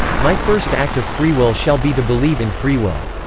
my first act of free will shall be to believe in free will.